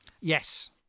Yes